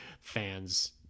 fans